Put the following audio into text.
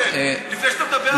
תתבייש לך.